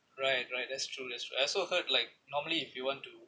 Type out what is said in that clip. right right that's true that's true I also heard like normally if you want to